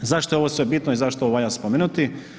Zašto je ovo sve bitno i zašto ovo valja spomenuti?